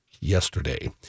Yesterday